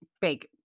big